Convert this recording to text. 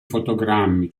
fotogrammi